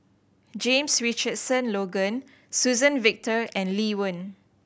James Richardson Logan Suzann Victor and Lee Wen